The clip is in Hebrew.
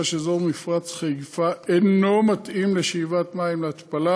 שאזור מפרץ-חיפה אינו מתאים לשאיבת מים להתפלה,